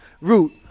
root